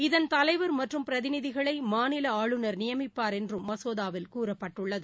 இதன் தலைவர் மற்றும் பிரதிநிதிகளை மாநில ஆளுநர் நியமிப்பார் என்றும் மசோதாவில் கூறப்பட்டுள்ளது